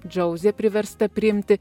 džauzė priversta priimti